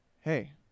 Hey